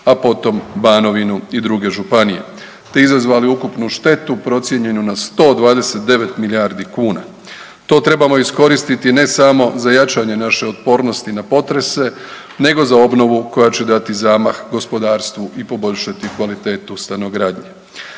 a potom Banovinu i druge županije te izazvali ukupnu štetu procijenjenu na 129 milijardi kuna. To trebamo iskoristiti ne samo za jačanje naše otpornosti na potrese nego za obnovu koja će dati zamah gospodarstvu i poboljšati kvalitetu stanogradnje.